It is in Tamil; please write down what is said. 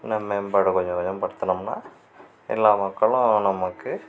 இன்னும் மேம்பாடு கொஞ்சம் கொஞ்சம் படுத்துனோம்னா எல்லா மக்களும் நமக்கு